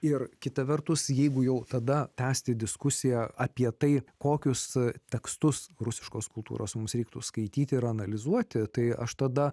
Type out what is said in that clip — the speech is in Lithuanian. ir kita vertus jeigu jau tada tęsti diskusiją apie tai kokius tekstus rusiškos kultūros mums reiktų skaityti ir analizuoti tai aš tada